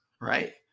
right